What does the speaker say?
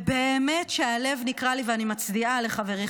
באמת שהלב נקרע לי ואני מצדיעה לחברי,